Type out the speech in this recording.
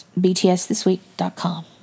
BTSthisweek.com